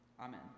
Amen